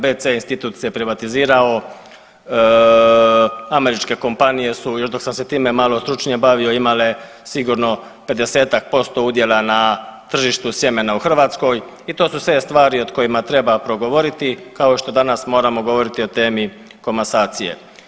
BC institut se privatizirao, američke kompanije su još dok sam se time malo stručnije bavio imale sigurno pedesetak posto udjela na tržištu sjemena u Hrvatskoj i to su sve stvari o kojima treba progovoriti kao što danas moramo govoriti o temi komasacije.